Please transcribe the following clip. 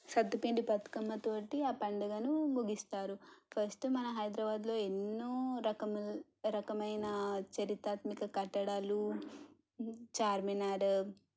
సత్తుపిండి బతుకమ్మ తోటి ఆ పండుగను ముగిస్తారు ఫస్ట్ మన హైదరాబాద్లో ఎన్నో రకముల్ రకమైన చరిత్రాత్మిక కట్టడాలు చార్మినారు